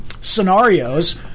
scenarios—